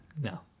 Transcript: No